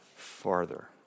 farther